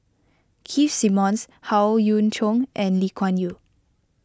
Keith Simmons Howe Yoon Chong and Lee Kuan Yew